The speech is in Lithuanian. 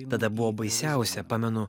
tada buvo baisiausia pamenu